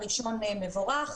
הראשון מבורך.